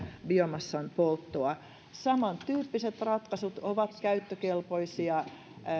biomassan polttoa samantyyppiset ratkaisut ovat käyttökelpoisia